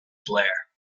blair